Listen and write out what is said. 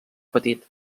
petit